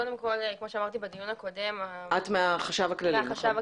שלום, אני רפרנטית גבייה בחשב הכללי.